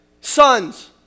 sons